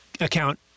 account